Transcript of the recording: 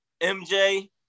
MJ